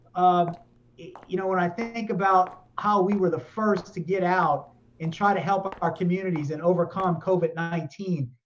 um you know when i think think about how we were the first to get out and try to help our communities and overcome covid nineteen,